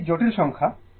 এটি একটি জটিল সংখ্যা